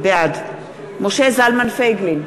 בעד משה זלמן פייגלין,